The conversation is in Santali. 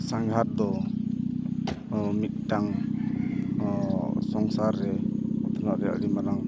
ᱥᱟᱸᱜᱷᱟᱨ ᱫᱚ ᱢᱤᱫᱴᱟᱝ ᱥᱚᱝᱥᱟᱨ ᱨᱮ ᱩᱛᱱᱟᱹᱜ ᱨᱮᱭᱟᱜ ᱟᱹᱰᱤ ᱢᱟᱨᱟᱝ